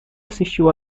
assistiu